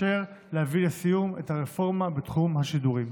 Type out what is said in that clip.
ולאפשר להביא לסיום הרפורמה בתחום השידורים.